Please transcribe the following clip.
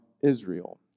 Israel